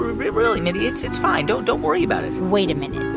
really, mindy, it's it's fine. don't don't worry about it wait a minute.